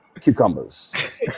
cucumbers